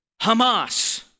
Hamas